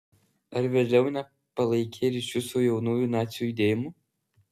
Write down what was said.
ar vėliau nepalaikei ryšių su jaunųjų nacių judėjimu